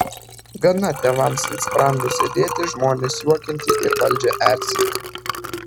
gana tėvams ant sprando sėdėti žmones juokinti ir valdžią erzinti